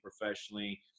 professionally